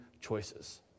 choices